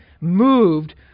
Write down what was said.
moved